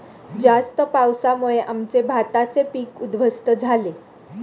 जास्त पावसामुळे आमचे भाताचे पीक उध्वस्त झाले